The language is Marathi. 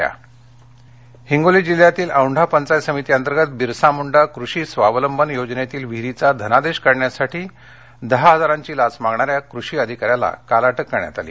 लाच हिंगोली हिगोली जिल्ह्यातील औंढा पंचायत समितीअंतर्गत बिरसा मुंडा कृषी स्वावलंबन योजनेतील विहिरीचा धनादेश देण्यासाठी दहा हजारांची लाच मागणाऱ्या कृषी अधिकाऱ्यास काल अटक करण्यात आली